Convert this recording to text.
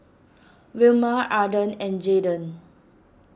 Wilma Arden and Jaydon